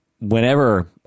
Whenever